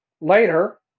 later